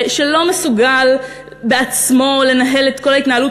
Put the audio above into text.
שלא מסוגל לנהל בעצמו את כל ההתנהלות